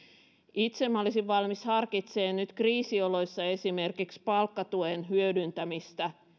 itse minä olisin valmis harkitsemaan nyt kriisioloissa esimerkiksi palkkatuen hyödyntämistä